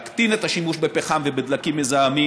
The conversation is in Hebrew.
להקטין את השימוש בפחם ובדלקים מזהמים